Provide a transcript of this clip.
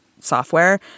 software